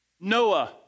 Noah